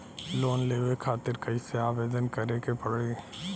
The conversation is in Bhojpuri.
लोन लेवे खातिर कइसे आवेदन करें के पड़ी?